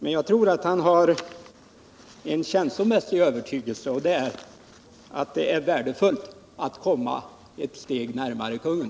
Men jag tror att han har en känslomässig övertygelse, och det är att det är värdefullt att komma ett steg närmare kungen.